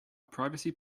privacy